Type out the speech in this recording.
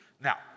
Now